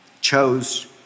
chose